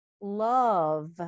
love